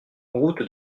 route